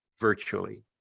virtually